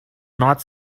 not